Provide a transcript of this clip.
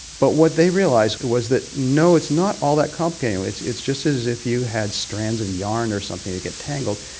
but what they realised was that no, it's not all that complicated, it's it's just as if you had strands of yarn or something that gets tangled,